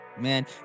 Man